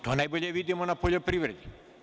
To najbolje vidimo na poljoprivredi.